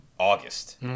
August